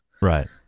Right